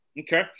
Okay